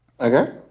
Okay